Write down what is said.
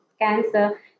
cancer